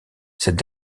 cette